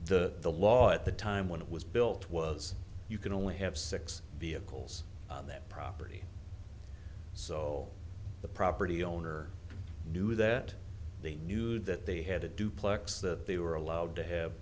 the the law at the time when it was built was you can only have six vehicles on that property so the property owner knew that they knew that they had a duplex that they were allowed to have